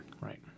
Right